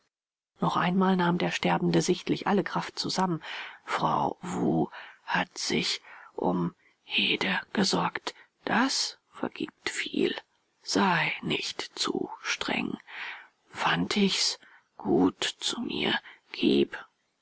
noch einmal nahm der sterbende sichtlich alle kraft zusammen frau wu hat sich um hede gesorgt das vergibt viel sei nicht zu streng fantigs gut zu mir gib